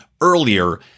earlier